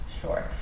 Sure